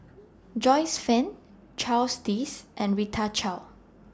Joyce fan Charles Dyce and Rita Chao